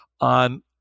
on